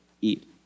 eat